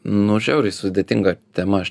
nu žiauriai sudėtinga tema aš